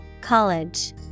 College